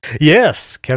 Yes